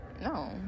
No